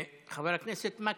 חבר הכנסת מקלב,